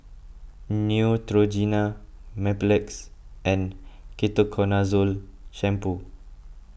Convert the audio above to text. Neutrogena Mepilex and Ketoconazole Shampoo